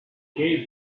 gave